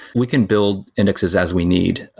we can build indexes as we need.